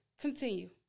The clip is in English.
Continue